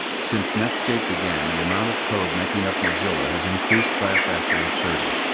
since netscape began the amount of code making up mozilla has increased by a factor of thirty.